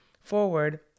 forward